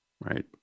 Right